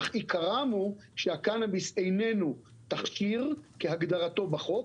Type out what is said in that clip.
אך עיקרם הוא שהקנביס איננו תכשיר כהגדרתו בחוק.